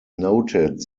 noted